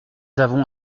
avons